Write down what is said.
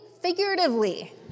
figuratively